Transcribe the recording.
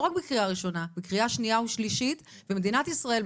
רק בקריאה ראשונה בקריאה שנייה ושלישית ומדינת ישראל,